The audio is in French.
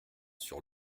sur